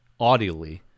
audially